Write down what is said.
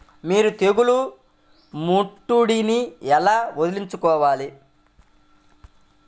మీరు తెగులు ముట్టడిని ఎలా వదిలించుకోవాలి?